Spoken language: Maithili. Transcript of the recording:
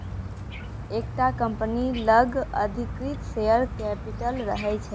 एकटा कंपनी लग अधिकृत शेयर कैपिटल रहय छै